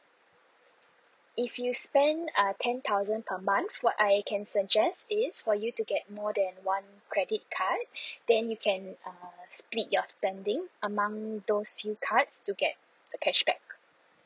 if you spend uh ten thousand per month what I can suggest is for you to get more than one credit card then you can uh split your spending among those few cards to get the cashback